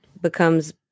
becomes